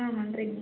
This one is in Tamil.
ஆ நன்றிங்கம்மா